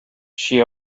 she